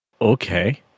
okay